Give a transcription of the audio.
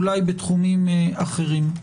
אולי בתחומים אחרים.